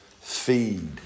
feed